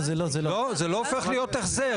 לא, זה לא הופך להיות החזר.